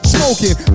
Smoking